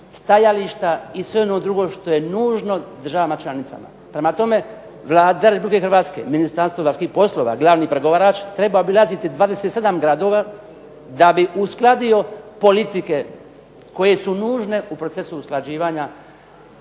stajališta i sve ono drugo što je nužno državama članicama. Prema tome Vlada Republike Hrvatske, Ministarstvo vanjskih poslova, glavni pregovarač treba obilaziti 27 gradova da bi uskladio politike koje su nužne u procesu usklađivanja